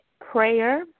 Prayer